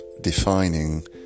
defining